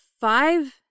five